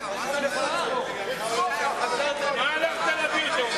(חבר הכנסת שי חרמש יוצא מאולם המליאה.) הוא דואג לבית שלך.